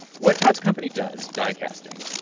what todd's company does, die casting,